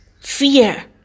fear